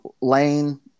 Lane